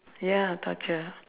ya torture